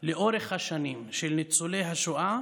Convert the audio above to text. לאורך השנים של ניצולי השואה